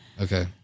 Okay